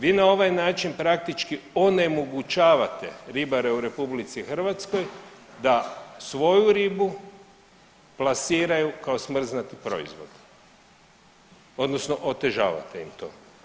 Vi na ovaj način praktički onemogućavate ribare u RH da svoju ribu plasiraju kao smrznuti proizvod odnosno otežavate im to.